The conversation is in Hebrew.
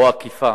או אכיפה,